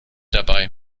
dabei